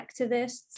activists